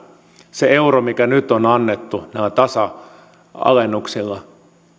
se euro mikä nyt on annettu näillä tasa alennuksilla